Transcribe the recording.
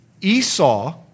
Esau